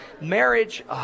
marriage